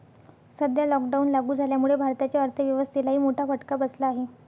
सध्या लॉकडाऊन लागू झाल्यामुळे भारताच्या अर्थव्यवस्थेलाही मोठा फटका बसला आहे